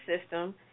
system